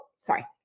Sorry